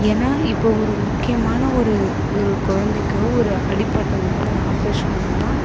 ஏன்னால் இப்போ ஒரு முக்கியமான ஒரு ஒரு குழந்தைக்கோ ஒரு அடிபட்டதுக்கோ ஒரு ஆபரேஷன் பண்ணால்